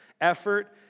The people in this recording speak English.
effort